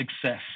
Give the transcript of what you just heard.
success